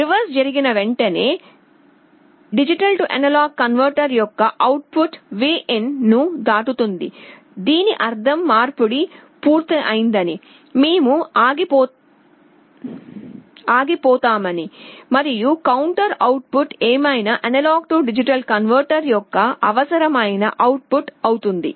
reverse జరిగిన వెంటనే DA converter యొక్క అవుట్ పుట్ Vin ను దాటుతుంది దీని అర్థం మార్పిడి పూర్తయిందని మేము ఆగిపోతామని మరియు కౌంటర్ అవుట్ పుట్ ఏమైనా A D కన్వర్టర్ యొక్క అవసరమైన అవుట్ పుట్ అవుతుంది